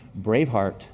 Braveheart